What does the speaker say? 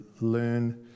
learn